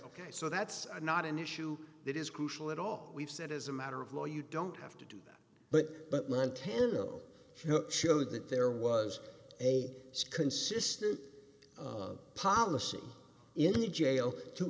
ok so that's not an issue that is crucial at all we've said as a matter of law you don't have to do that but but manteno showed that there was a consistent policy in the jail to